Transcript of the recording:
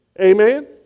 Amen